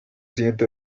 siento